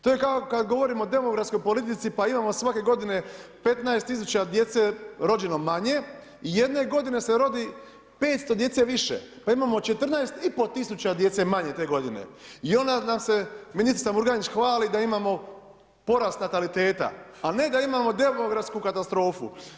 To je kao kad govorimo o demografskoj politici pa imamo svake godine 15 tisuća djece rođeno manje i jedne godine se rodi 500 djece više, pa imamo 14,5 tisuća djece manje te godine i onda nam se ministrica Murganić hvali da imamo porast nataliteta, a ne da imamo demografsku katastrofu.